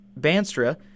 Banstra